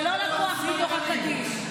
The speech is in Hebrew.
זה לא לקוח מתוך הקדיש?